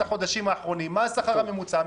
החודשים האחרונים ולחבר אותם לשכר הממוצע,